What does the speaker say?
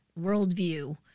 worldview